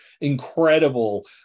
incredible